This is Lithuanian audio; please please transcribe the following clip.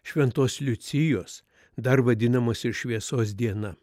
šventos liucijos dar vadinamos ir šviesos diena